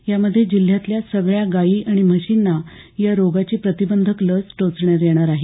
यामध्ये जिल्ह्यातल्या सगळ्या गायी आणि म्हशींना यारोगाची प्रतिबंधक लस टोचण्यात येणार आहे